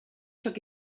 took